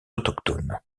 autochtones